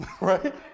right